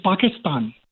Pakistan